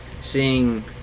seeing